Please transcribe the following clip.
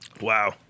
Wow